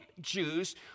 Jews